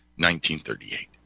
1938